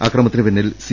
അക്രമ ത്തിന് പിന്നിൽ സി